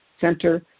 center